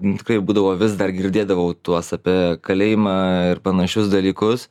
tikrai būdavo vis dar girdėdavau tuos apie kalėjimą ir panašius dalykus